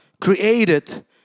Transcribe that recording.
created